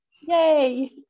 Yay